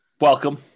Welcome